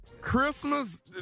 Christmas